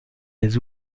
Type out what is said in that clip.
des